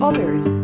Others